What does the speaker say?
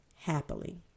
happily